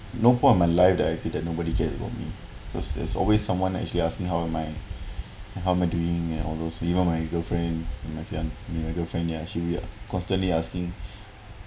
no point of my life that I feel that nobody cared about me because there's always someone actually asking how am I how am I doing and all those even my my girlfriend my girl~ my girlfriend ya actually she'll be constantly asking